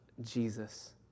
Jesus